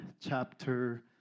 chapter